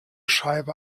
scheibe